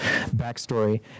backstory